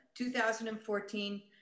2014